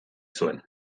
zuen